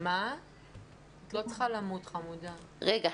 הוועדה כוללת מספר חברים, את הפיקוח,